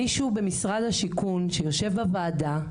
מישהו במשרד השיכון שיושב בוועדה,